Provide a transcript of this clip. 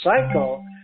cycle